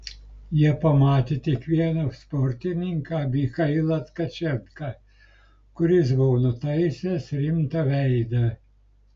jie pamatė tik vieną sportininką michailą tkačenką kuris buvo nutaisęs rimtą veidą